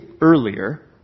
earlier